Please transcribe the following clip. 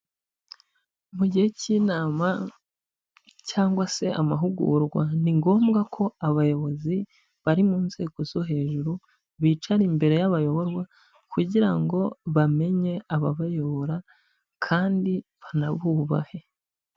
Mu gihe cy'inama cyangwa se amahugurwa ni ngombwa ko abayobozi bari mu nzego zo hejuru bicara imbere y'abayoborwa kugira ngo bamenye ababayobora kandi banabubahe.